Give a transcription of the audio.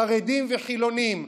חרדים וחילונים,